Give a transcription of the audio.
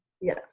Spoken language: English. Yes